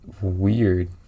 weird